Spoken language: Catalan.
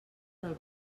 del